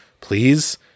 please